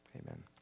Amen